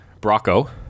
Bracco